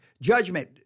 Judgment